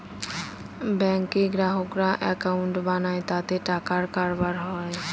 ব্যাঙ্কে গ্রাহকরা একাউন্ট বানায় তাতে টাকার কারবার হয়